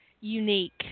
unique